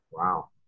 Wow